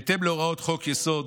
בהתאם להוראות חוק-יסוד: